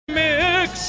mix